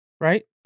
right